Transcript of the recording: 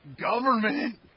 Government